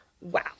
Wow